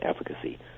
efficacy